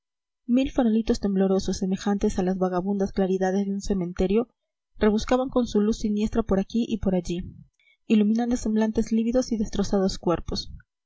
mil farolitos temblorosos semejantes a las vagabundas claridades de un cementerio rebuscaban con su luz siniestra por aquí y por allí iluminando semblantes lívidos y destrozados cuerpos